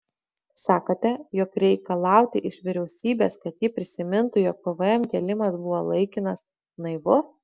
sakote jog reikalauti iš vyriausybės kad ji prisimintų jog pvm kėlimas buvo laikinas naivu